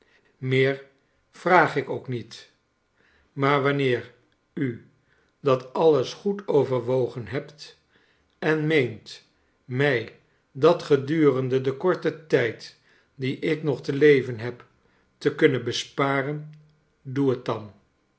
meer vraag ik ook niet maar wanneer u dat alles goed overwogen hebt en meent mij dat gedurende den korten tijd dien ik nog te leven heb te kunnen besparen doe het dan